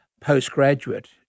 postgraduate